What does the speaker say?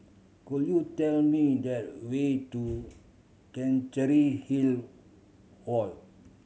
could you tell me the way to Chancery Hill Walk